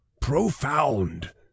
profound